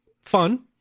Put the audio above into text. fun